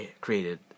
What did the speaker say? created